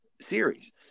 series